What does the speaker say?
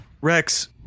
Rex